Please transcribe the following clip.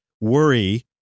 worry